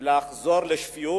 ולחזור לשפיות.